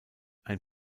ein